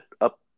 up